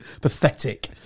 Pathetic